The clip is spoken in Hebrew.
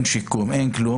כאשר אין שיקום ואין כלום.